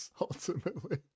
ultimately